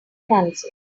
francis